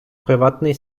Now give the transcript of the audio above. приватний